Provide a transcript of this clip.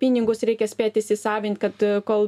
pinigus reikia spėt įsisavint kad kol